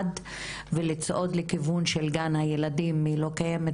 ולצעוד לכיוון של גן הילדים לא קיימת,